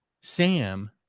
Sam